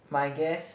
my guess